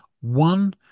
one